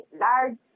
large